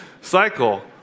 cycle